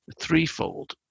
threefold